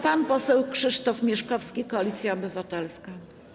Pan poseł Krzysztof Mieszkowski, Koalicja Obywatelska.